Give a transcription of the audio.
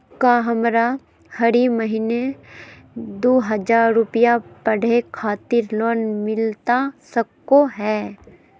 का हमरा हरी महीना दू हज़ार रुपया पढ़े खातिर लोन मिलता सको है?